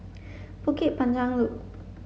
Bukit Panjang Loop